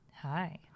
Hi